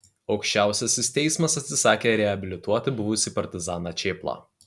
aukščiausiasis teismas atsisakė reabilituoti buvusį partizaną čėplą